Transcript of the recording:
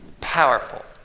powerful